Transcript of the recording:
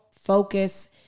focus